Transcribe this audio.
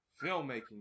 Filmmaking